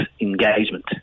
engagement